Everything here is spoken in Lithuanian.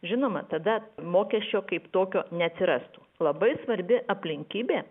žinoma tada mokesčio kaip tokio neatsirastų labai svarbi aplinkybė